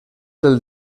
del